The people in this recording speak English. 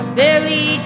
barely